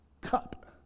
cup